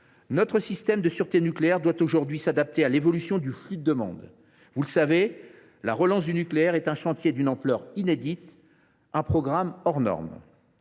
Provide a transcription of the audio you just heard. notre système de sûreté nucléaire doit aujourd’hui s’adapter à l’évolution du flux de demandes : vous le savez, la relance du nucléaire est un chantier d’une ampleur inédite, un programme hors norme.